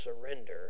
surrender